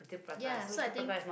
ya so i think